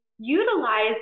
utilize